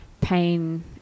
pain